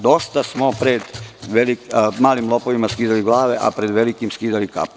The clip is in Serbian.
Dosta smo pred malim lopovima skidali glave, a pred velikim skidali kapu.